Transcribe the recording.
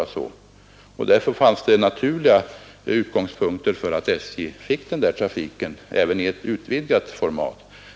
I så fall var det naturligt att SJ fick den trafiken även i utvidgad form.